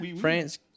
France